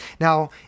Now